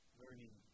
learning